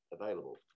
available